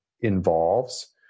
involves